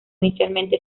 inicialmente